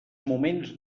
moments